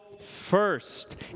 first